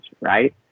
Right